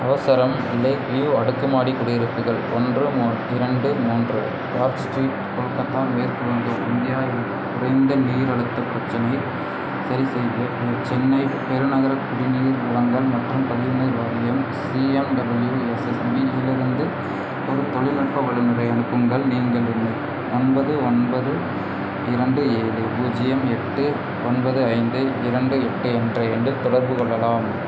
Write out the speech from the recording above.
அவசரம் lake view அடுக்குமாடி குடியிருப்புகள் ஒன்று மூ இரண்டு மூன்று பார்க் ஸ்ட்ரீட் கொல்கத்தா மேற்கு வங்கம் இந்தியா இல் குறைந்த நீர் அலுத்த பிரச்சனை சரிசெய்ய சென்னை பெருநகர குடிநீர் வலங்கல் மற்றும் கலிவுநீர் வாரியம் சிஎம்டபிள்யூஎஸ்எஸ்பி இலிருந்து ஒரு தொழில்நுட்ப வல்லுநரை அனுப்புங்கள் நீங்கள் என்னை ஒன்பது ஒன்பது இரண்டு ஏழு பூஜ்ஜியம் எட்டு ஒன்பது ஐந்து இரண்டு எட்டு என்ற எண்ணில் தொடர்பு கொள்ளலாம்